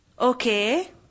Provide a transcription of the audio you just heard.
okay